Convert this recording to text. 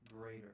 greater